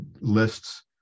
lists